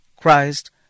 Christ